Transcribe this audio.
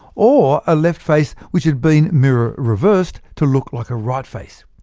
or a left face which had been mirror-reversed to look like a right face.